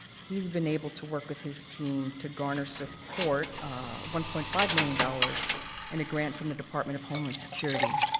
he has been able to work with his team to garner support one point five million dollars in a grant from the department of homeland security.